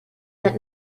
that